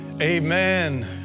Amen